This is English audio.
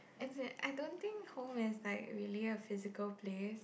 as in I don't think home is like really a physical place